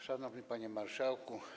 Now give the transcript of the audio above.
Szanowny Panie Marszałku!